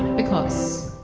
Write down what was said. because,